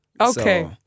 Okay